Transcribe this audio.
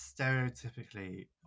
stereotypically